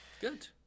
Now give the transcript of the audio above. Good